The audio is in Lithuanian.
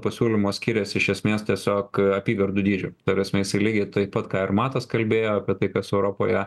pasiūlymo skiriasi iš esmės tiesiog apygardų dydžiu ta prasme jisai lygiai taip pat ką ir matas kalbėjo apie tai kas europoje